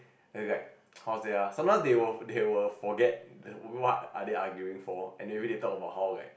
and is like how to say ah sometimes they will they will forget what are they arguing for and they and maybe they talk about how like